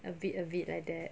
a bit a bit like that